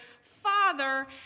father